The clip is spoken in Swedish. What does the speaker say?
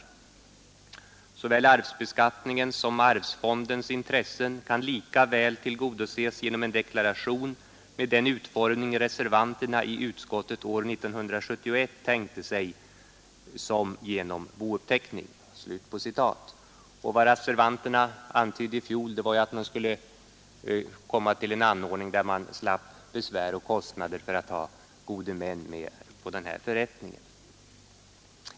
Såväl arvsbeskattningen som arvsfondens intressen kan lika väl tillgodoses genom en deklaration med den utformning reservanterna i utskottet år 1971 tänkte sig som genom bouppteckning.” Vad reservanterna antydde i fjol var att man skulle komma till en ordning där man slapp besvär och kostnader för att ha gode män med på en förrättning.